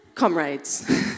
Comrades